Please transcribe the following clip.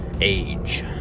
age